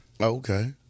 Okay